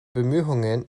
bemühungen